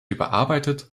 überarbeitet